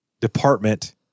department